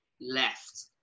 left